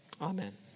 Amen